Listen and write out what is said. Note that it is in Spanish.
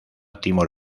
timor